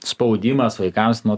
spaudimas vaikams nu